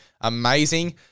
amazing